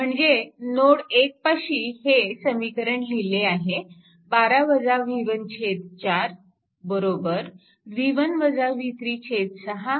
म्हणजे नोड 1 पाशी हे समीकरण लिहिले आहे 4 6 6